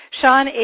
Sean